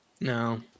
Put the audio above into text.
no